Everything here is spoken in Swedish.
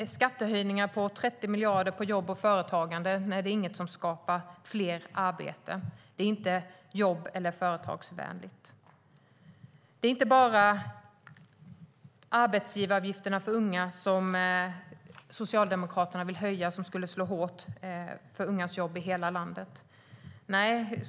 Skattehöjningar på 30 miljarder på jobb och företagande skapar inte fler arbeten. Det är inte jobb eller företagsvänligt. Det är inte bara höjda arbetsgivaravgifter för unga som skulle slå hårt mot ungas jobb i hela landet.